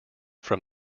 from